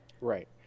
Right